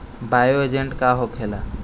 Bio agent का होखेला?